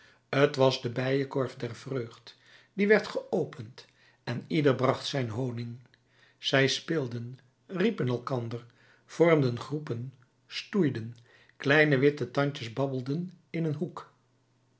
t was de bijenkorf der vreugd die werd geopend en ieder bracht zijn honig zij speelden riepen elkander vormden groepen stoeiden kleine witte tandjes babbelden in een hoek